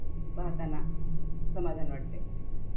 पाहाताना समाधान वाटते